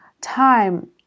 Time